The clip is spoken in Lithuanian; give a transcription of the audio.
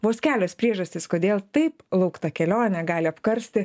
vos kelios priežastys kodėl taip laukta kelionė gali apkarsti